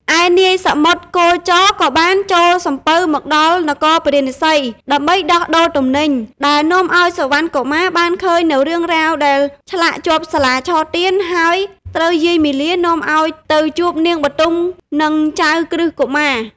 ឯនាយសមុទ្រគោចរក៏បានចូលសំពៅមកដល់នគរពារាណសី ដើម្បីដោះដូរទំនិញ ដែលនាំឱ្យសុវណ្ណកុមារបានឃើញនូវរឿងរ៉ាវដែលឆ្លាក់ជាប់សាលាឆទាន ហើយត្រូវយាយមាលានាំឱ្យទៅជួបនាងបុទម និងចៅក្រឹស្នកុមារ។